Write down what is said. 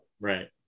Right